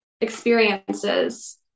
experiences